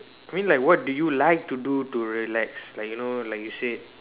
I mean like what do you like to do to relax like you know like you said